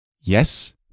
yes